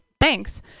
thanks